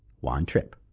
juan trippe.